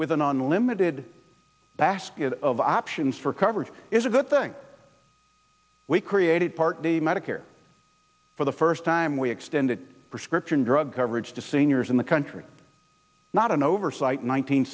with an unlimited basket of options for coverage is a good thing we created part the medicare for the first time we extended prescription drug coverage to seniors in the country not an oversight